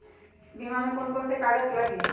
बीमा में कौन कौन से कागज लगी?